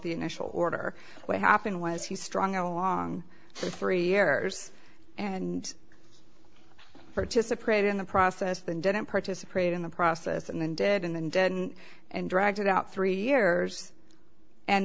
the initial order what happened was he strong along with three heirs and participate in the process then didn't participate in the process and then did and and dragged it out three years and